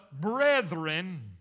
brethren